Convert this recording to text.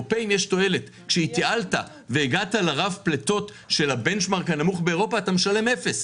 ל-50 מס והטורקי ימשיך לשלם אפס,